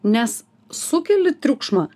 nes sukeli triukšmą